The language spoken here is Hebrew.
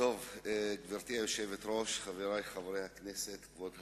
גברתי היושבת-ראש, חברי חברי הכנסת, כבוד השר,